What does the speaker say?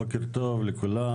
בוקר טוב לכולם,